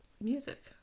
Music